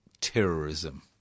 terrorism